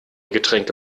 getränke